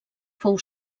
fou